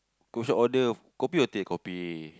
coffeeshop order kopi or teh kopi